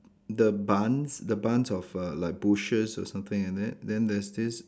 the buns the buns of err like bushes or something like that then there's this